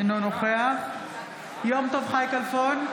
אינו נוכח יום טוב חי כלפון,